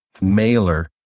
mailer